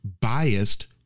biased